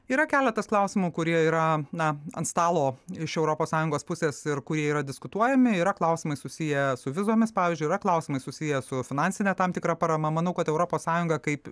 yra keletas klausimų kurie yra na ant stalo iš europos sąjungos pusės ir kurie yra diskutuojami yra klausimai susiję su vizomis pavyzdžiui yra klausimai susiję su finansine tam tikra parama manau kad europos sąjunga kaip